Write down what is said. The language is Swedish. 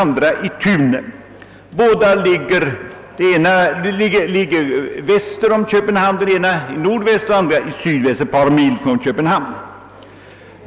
Dessa platser ligger några mil nordväst respektive sydväst om Köpenhamn.